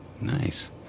nice